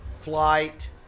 Flight